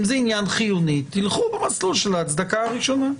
אם זה עניין חיוני תלכו במסלול של ההצדקה הראשונה.